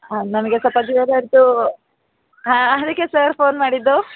ಹಾಂ ನನಗೆ ಸ್ವಲ್ಪ ಜ್ಯುವೆಲ್ಲರಿದು ಹಾಂ ಅದಕ್ಕೆ ಸರ್ ಫೋನ್ ಮಾಡಿದ್ದು